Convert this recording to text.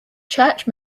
church